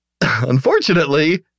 unfortunately